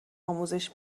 آموزش